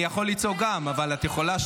זה הוגן?